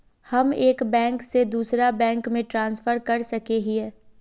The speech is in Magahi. हम एक बैंक से दूसरा बैंक में ट्रांसफर कर सके हिये?